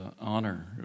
honor